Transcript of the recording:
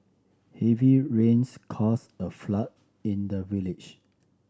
heavy rains caused a flood in the village